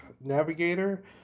Navigator